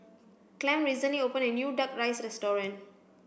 Clem recently opened a new duck rice restaurant